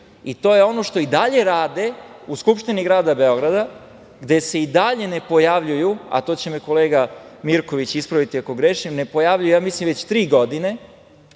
i to je ono što i dalje rade u Skupštini grada Beograda, gde i dalje ne pojavljuju, a to će me kolega Mirković ispraviti ako grešim, ne pojavljuju, ja mislim već tri godine.